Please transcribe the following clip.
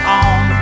on